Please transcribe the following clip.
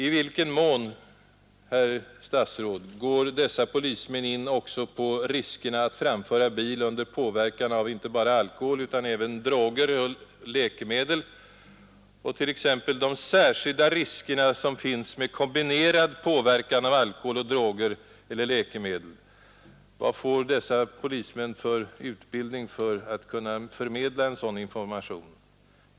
I vilken mån, herr statsråd, går dessa polismän in också på riskerna att framföra bil under påverkan av inte bara alkohol utan även droger och läkemedel och t.ex. de särskilda trafiksäkerhetsrisker som finns med kombinerad påverkan av alkohol och droger eller läkemedel? Vad får dessa polismän för speciell utbildning för att kunna förmedla en sådan sakinformation?